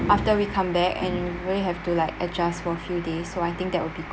after we come back and really have to like adjust for few days so I think that would be